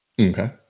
Okay